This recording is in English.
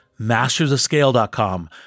mastersofscale.com